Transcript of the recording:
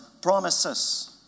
promises